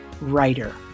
writer